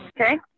Okay